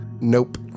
Nope